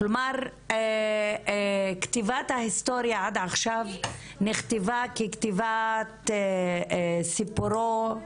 כלומר כתיבת ההיסטוריה עד עכשיו נכתבה ככתיבת סיפורו,